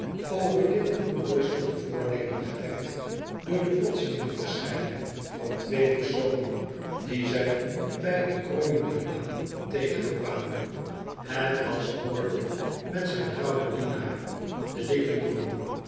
over dit bloeddorstige voornemen gewekt door de plotselinge verschijning van twee personen die zij bij een kromming der laan tegenkwameni het was wardle met zijn trouwen dienaar den dikken jongen